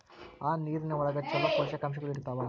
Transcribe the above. ಆ ನೇರಿನ ಒಳಗ ಚುಲೋ ಪೋಷಕಾಂಶಗಳು ಇರ್ತಾವ